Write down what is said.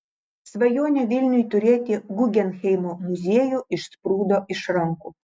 svajonė vilniui turėti guggenheimo muziejų išsprūdo iš rankų